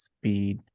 Speed